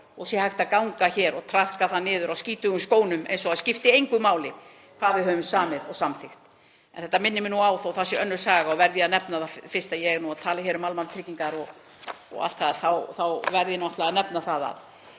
það sé hægt að ganga hér og traðka það niður á skítugum skónum eins og það skipti engu máli hvað við höfum samið og samþykkt. En þetta minnir mig á, þótt það sé önnur saga, og verð ég að nefna það, fyrst ég er að tala um almannatryggingar og allt það þá verð ég náttúrlega nefna það, að